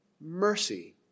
Mercy